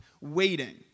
waiting